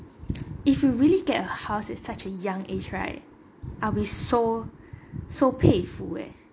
if you really get a house at such a young age right I'll be like so so 佩服 eh